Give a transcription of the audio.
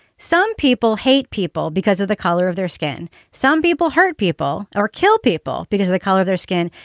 some people hate people because of the color of their skin. some people hurt people or kill people because of the color of their skin.